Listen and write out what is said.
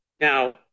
Now